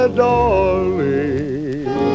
darling